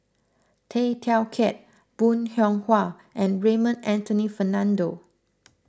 Tay Teow Kiat Bong Hiong Hwa and Raymond Anthony Fernando